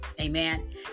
amen